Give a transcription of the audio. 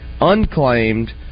unclaimed